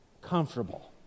comfortable